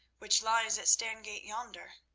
which lies at stangate yonder.